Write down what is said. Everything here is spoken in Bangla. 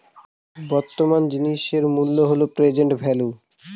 বর্তমান জিনিসের মূল্য হল প্রেসেন্ট ভেল্যু